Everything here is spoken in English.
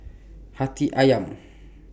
Hati Ayam